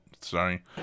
Sorry